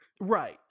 right